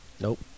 Nope